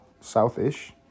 South-ish